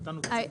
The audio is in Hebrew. תודה.